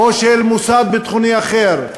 או של מוסד ביטחוני אחר,